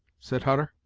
said hutter.